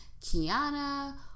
Kiana